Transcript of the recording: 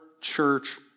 church